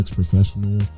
professional